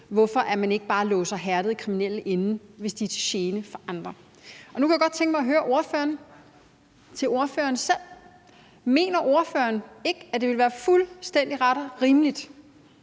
hvorfor man ikke bare låser hærdede kriminelle inde, hvis de er til gene for andre. Nu kunne jeg godt tænke mig at høre ordføreren om ordføreren selv: Mener ordføreren ikke, at det ville være fuldstændig ret og rimeligt,